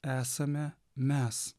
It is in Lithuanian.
esame mes